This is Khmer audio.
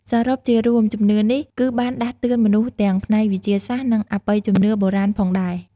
សរុបជារួមជំនឿនេះ គឺបានដាស់តឿនមនុស្សទាំងផ្នែកវិទ្យាសាស្ត្រ និងអបិយជំនឿបុរាណផងដែរ។